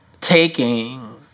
taking